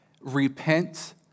repent